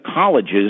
colleges